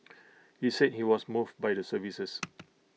he said he was moved by the services